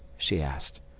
she asked.